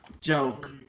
joke